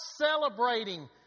celebrating